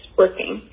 working